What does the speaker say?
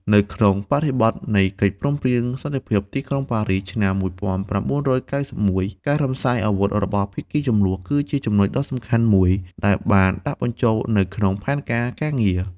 នៅក្នុងបរិបទនៃកិច្ចព្រមព្រៀងសន្តិភាពទីក្រុងប៉ារីស ឆ្នាំ១៩៩១ ការរំសាយអាវុធរបស់ភាគីជម្លោះ គឺជាចំណុចដ៏សំខាន់មួយ ដែលបានដាក់បញ្ចូលនៅក្នុងផែនការការងារ។